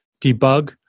debug